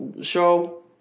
show